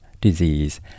disease